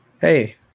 hey